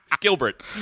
Gilbert